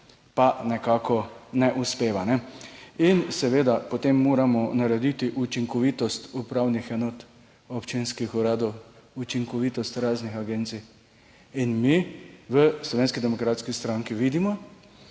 pa nekako ne uspeva. In seveda potem moramo narediti učinkovitost upravnih enot, občinskih uradov, učinkovitost raznih agencij. In mi v Slovenski demokratski stranki vidimo,